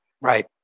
Right